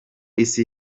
isi